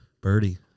birdie